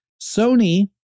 Sony